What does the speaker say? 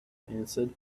answered